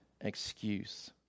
excuse